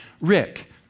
Rick